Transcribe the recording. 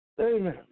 Amen